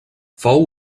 fou